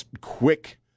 quick